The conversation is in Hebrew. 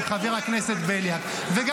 תודה,